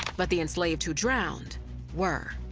but the enslaved who drowned were.